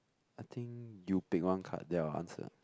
I think you pick one card then I'll answer